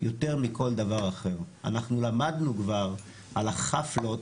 יותר מכל דבר אחר, אנחנו למדנו כבר על החפלות